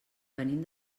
venim